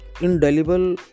Indelible